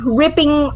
ripping